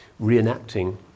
reenacting